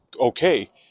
okay